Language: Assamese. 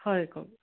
হয় কওক